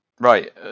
Right